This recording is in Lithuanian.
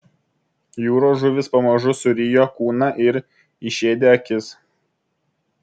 jūros žuvys pamažu surijo kūną ir išėdė akis